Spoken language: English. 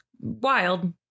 wild